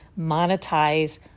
monetize